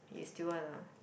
you still wanna